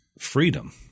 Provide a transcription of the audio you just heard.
freedom